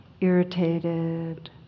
irritated